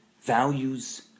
values